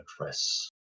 address